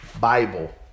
Bible